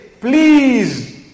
please